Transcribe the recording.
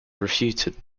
refuted